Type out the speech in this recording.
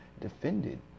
defended